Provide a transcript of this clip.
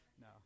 No